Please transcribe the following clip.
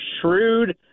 shrewd